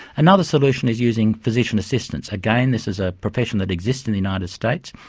another solution is using physician assistants. again, this is a profession that exists in the united states,